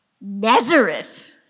Nazareth